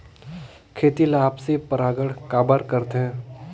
खेती ला आपसी परागण काबर करथे?